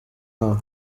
wabo